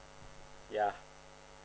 ya